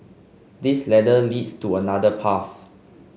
this ladder leads to another path